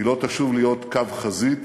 היא לא תשוב להיות קו חזית